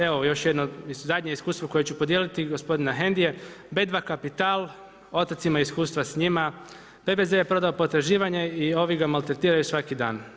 Evo, još jedno, zadnje iskustvo koje ću podijeliti, gospodina Hendije, „B2 kapital, otac ima iskustva s njima, PBZ je prodao potraživanje i ovi ga maltretiraju svaki dan.